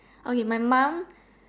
okay my mum